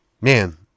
Man